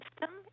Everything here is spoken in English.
system